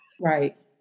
Right